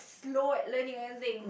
slow at learning or anything